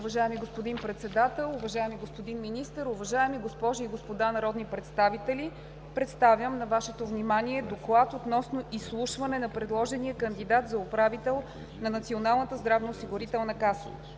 Уважаеми господин Председател, уважаеми господин Министър, уважаеми госпожи и господа народни представители! Представям на Вашето внимание „ДОКЛАД относно изслушване на предложения кандидат за управител на Националната здравноосигурителна каса